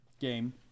game